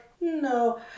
No